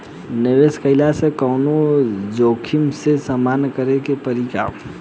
निवेश कईला से कौनो जोखिम के सामना करे क परि का?